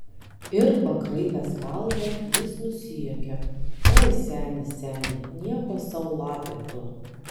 ir pakraipęs galvą jis nusijuokė oi seni seni nieko sau lapė tu